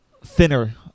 thinner